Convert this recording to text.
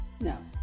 No